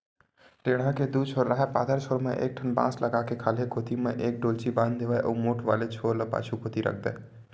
टेंड़ा के दू छोर राहय पातर छोर म एक ठन बांस लगा के खाल्हे कोती म एक डोल्ची बांध देवय अउ मोठ वाले छोर ल पाछू कोती रख देय